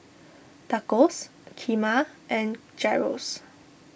Tacos Kheema and Gyros